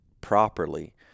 properly